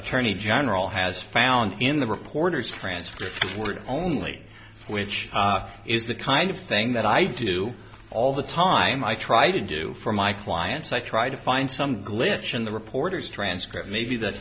attorney general has found in the reporter's transcript only which is the kind of thing that i do all the time i try to do for my clients i try to find some glitch in the reporter's transcript maybe th